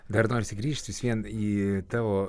dar norisi grįžti vis vien į tavo